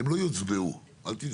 הם לא יוצבעו, אל תדאגו.